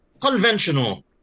conventional